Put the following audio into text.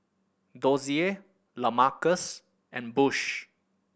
Dozier Lamarcus and Bush